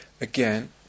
Again